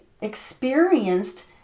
experienced